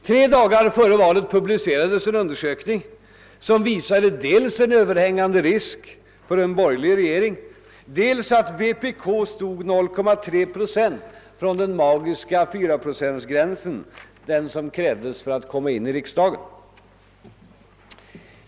Tre dagar före valet publicerades en undersökning som visade dels att det förelåg en överhängande risk för att det skulle bli en borgerlig regering, dels att vänsterpartiet kommunisterna stod 0,3 procent från den magiska 4-procentgränsen som måste uppnås för att partiet skulle komma in i riksdagen.